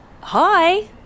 hi